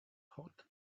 hot